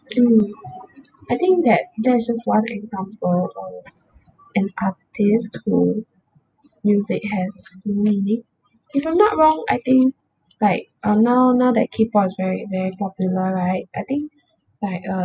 mm I think that there's this one example uh an artist who s~ music has new meaning if I'm not wrong I think like um now now that k-pop is very very popular right I think like uh